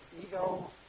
ego